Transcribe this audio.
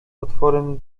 otworem